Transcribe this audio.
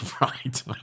Right